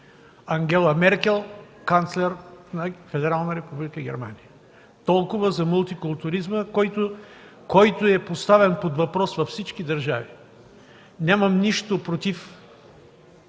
Ангела Меркел, канцлер на Федерална република Германия. Толкова за мултикултурализма, който е поставен под въпрос във всички държави. Нямам нищо против